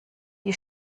die